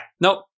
nope